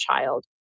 child